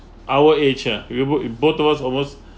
our age ah we were in both of us almost